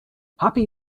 happy